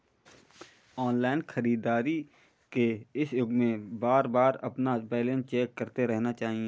online खरीदारी के इस युग में बारबार अपना बैलेंस चेक करते रहना चाहिए